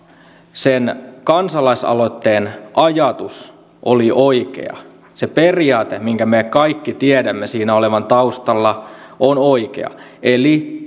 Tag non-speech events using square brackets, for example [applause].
sen kansalaisaloitteen ajatus oli oikea se periaate minkä me kaikki tiedämme siinä olevan taustalla on oikea eli [unintelligible]